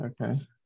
Okay